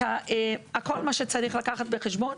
את כל מה שצריך לקחת בחשבון,